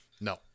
No